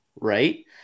right